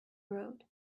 road